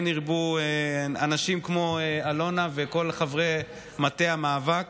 כן ירבו אנשים כמו אלונה, וכל חברי מטה המאבק.